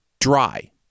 dry